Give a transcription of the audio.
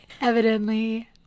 evidently